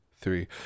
three